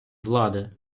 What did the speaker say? влади